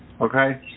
Okay